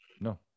No